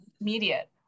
Immediate